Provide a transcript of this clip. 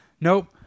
nope